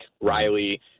Riley